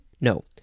no